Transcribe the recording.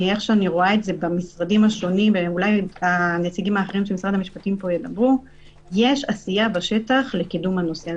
איך שאני רואה את זה במשרדים השונים יש עשייה בשטח לקידום הנושא.